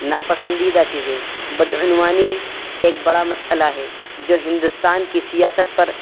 ناپسندیدہ چیزیں بدعنوانی ایک بڑا مسئلہ ہے جو ہندوستان کی سیاست پر